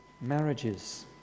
marriages